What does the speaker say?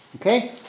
Okay